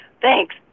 Thanks